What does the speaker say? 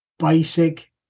basic